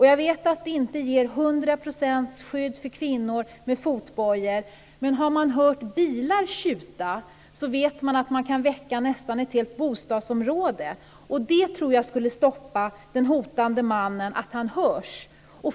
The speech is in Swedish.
Jag vet att fotbojor inte ger 100 % skydd för kvinnor, men har man hört bilar tjuta så vet man att man kan väcka nästan ett helt bostadsområde. Det tror jag skulle stoppa den hotande mannen - att han hörs.